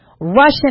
Russian